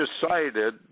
decided